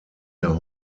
der